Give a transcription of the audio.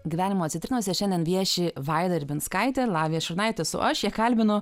gyvenimo citrinose šiandien vieši vaida ribinskaitė ir lavija šurnaitė esu aš ją kalbinu